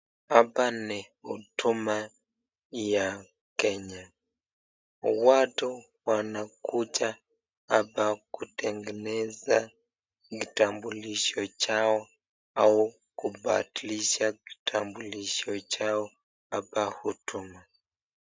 Hapa ni huduma ya Kenya. Watu wanakuja hapa kutengeneza vitambulisho chao au kubadilisha kitambulisho chao hapa huduma.